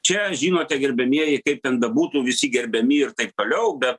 čia žinote gerbiamieji kaip ten bebūtų visi gerbiami ir taip toliau bet